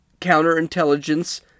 Counterintelligence